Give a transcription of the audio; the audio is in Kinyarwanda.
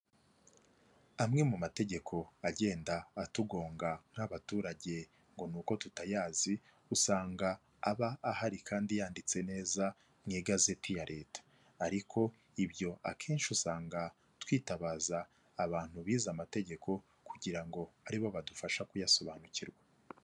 Amwe mu mategeko agenda atugonga nk'abaturage ngo ni uko tutayazi, usanga aba ahari kandi yanditse neza mu igazeti ya Leta ariko akenshi usanga twitabaza abantu bize amategeko, kugira ngo abe aribo badufasha kuyasobanukirwa.